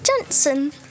Johnson